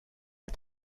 jag